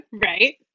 Right